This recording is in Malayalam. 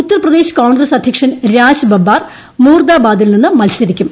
ഉത്തർപ്രദേശ് ക്യോ്ൺഗ്രസ് അധ്യക്ഷൻ രാജ് ബബ്ബാർ മോർദാബാദിൽ നിന്ന് മത്സ്തിക്കും